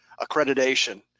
accreditation